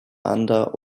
under